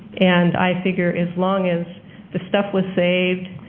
and i figure as long as the stuff was saved,